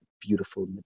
beautiful